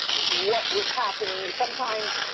what was happening. sometimes,